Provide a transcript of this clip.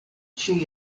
she